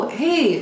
hey